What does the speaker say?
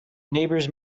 neighbors